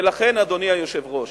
ולכן, אדוני היושב-ראש,